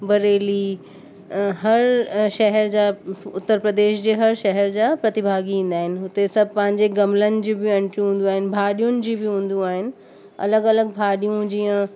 बरेली हर शहर जा उत्तर प्रदेश जे हर शहर जा प्रतिभागी ईंदा आहिनि हुते सभु पंहिंजे गमलन जी बि एंट्रियूं हूंदियूं भाॼियुनि जी बि हूंदियूं आहिनि अलॻि अलॻि भाॼियूं जीअं